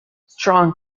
strong